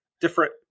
different